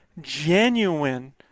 genuine